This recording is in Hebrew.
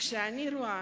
כשאני רואה